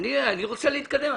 אני רוצה להתקדם.